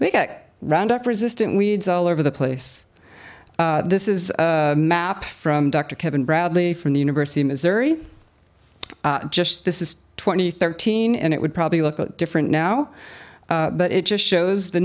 they get roundup resistant weeds all over the place this is map from dr kevin bradley from the university of missouri just this is twenty thirteen and it would probably look at different now but it just shows the